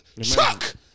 Chuck